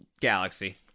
galaxy